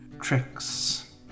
Tricks